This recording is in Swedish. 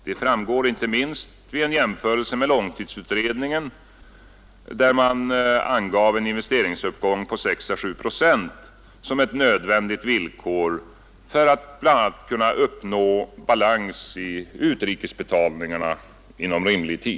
Det framgår inte minst vid en jämförelse med långtidsutredningen, där en investeringsuppgång på 6 å 7 procent angetts som ett nödvändigt villkor för att bl.a. inom rimlig tid kunna uppnå balans i utrikesbetalningarna.